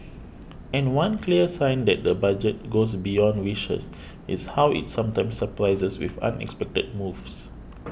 and one clear sign that the budget goes beyond wishes is how it sometimes surprises with unexpected moves